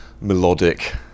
melodic